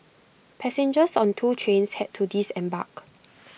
passengers on two trains had to disembark